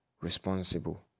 responsible